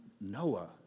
Noah